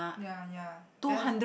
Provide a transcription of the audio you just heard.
ya ya there